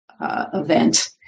event